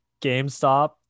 GameStop